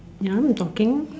ya I'm talking